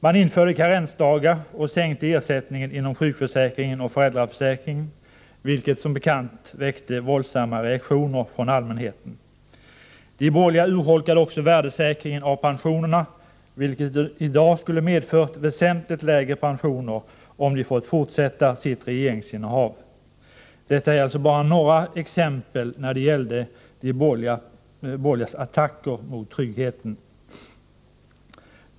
Man införde karensdagar och sänkte ersättningen inom sjukförsäkringen och föräldraförsäkringen, vilket som bekant väckte våldsamma reaktioner från allmänheten. De borgerliga urholkade också värdesäkringen av pensionerna, vilket i dag skulle ha inneburit väsentligt lägre pensioner, om de fått fortsätta sitt regeringsinnehav. Detta är bara några exempel när det gäller de borgerligas attacker mot tryggheten.